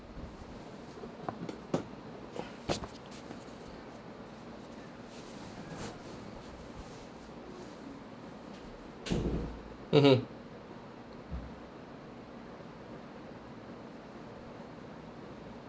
mmhmm